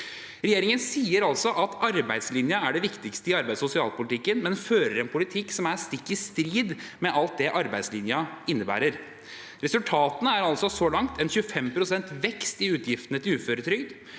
Regjeringen sier altså at arbeidslinjen er det viktigste i arbeids- og sosialpolitikken, men fører en politikk som er stikk i strid med alt det arbeidslinjen innebærer. Resultatene er så langt 25 pst. vekst i utgiftene til uføretrygd.